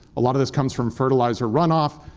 a lot of this comes from fertilizer runoff.